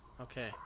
Okay